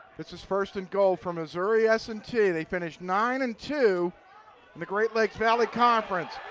this is first and goal for missouri s and t. they finished nine and two in the great lakes valley conference.